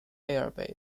airbase